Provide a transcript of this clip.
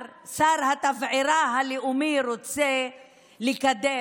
התבערה הלאומי רוצה לקדם,